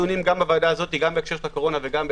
בוועדה הזאת גם בהקשר של הקורונה.